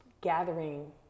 gathering